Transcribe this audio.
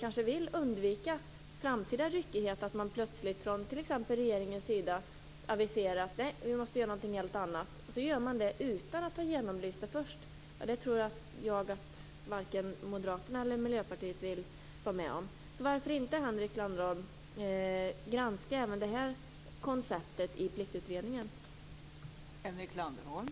Man vill undvika framtida ryckighet, t.ex. att regeringen plötsligt aviserar att vi måste göra någonting helt annat och gör det utan att ha genomlyst det först. Jag tror att varken Moderaterna eller Miljöpartiet vill vara med om det. Varför inte granska även det här konceptet i Pliktutredningen, Henrik Landerholm?